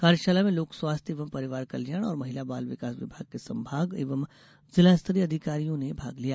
कार्यशाला में लोक स्वास्थ्य एवं परिवार कल्याण और महिला बाल विकास विभाग के संभाग एवं जिला स्तरीय अधिकारियों ने भाग लिया